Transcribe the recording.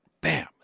Bam